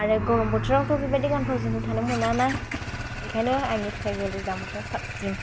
आरो गरम बोथोराव थ' बेबायदि गानफब जोमफब थानो मोनाना बिनिखायनो आंनि थाखाय गोजां बोथोरा साबसिन